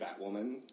Batwoman